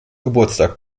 geburtstag